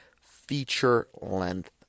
feature-length